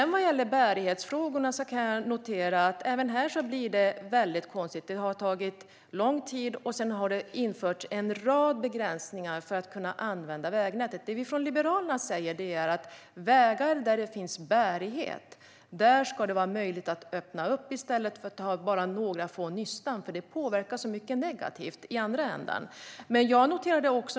Även när det gäller bärighetsfrågorna kan jag notera att det blir mycket konstigt. Det har tagit lång tid, och sedan har det införts en rad begränsningar för att vägnätet ska kunna användas. Det som vi från Liberalerna säger är att det på vägar där det finns bärighet ska vara möjligt att öppna upp för detta i stället för att bara ha några få nystan, eftersom det påverkar så mycket negativt i andra ändan.